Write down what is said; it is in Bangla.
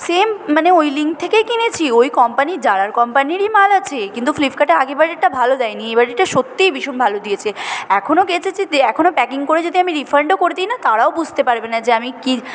সেম মানে ওই লিঙ্ক থেকেই কিনেছি ওই কোম্পানির জারার কোম্পানিরই মাল আছে কিন্তু ফ্লিপকার্টে আগের বারেরটা ভালো দেয় নি এবারেরটা সত্যিই ভীষণ ভালো দিয়েছে এখনো কেচেছি এখনো প্যাকিং করে যদি আমি রিফান্ডও করে দি না তারাও বুঝতে পারবে না যে আমি কি